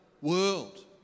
world